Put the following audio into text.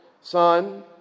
son